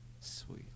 Sweet